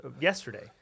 yesterday